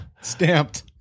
Stamped